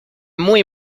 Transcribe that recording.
muy